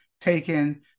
taken